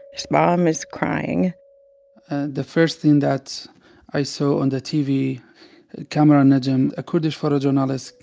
his mom is crying the first thing that i saw on the tv kamaran najm, um a kurdish photojournalist,